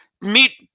meet